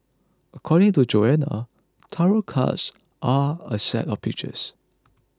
according to Joanna tarot cards are a set of pictures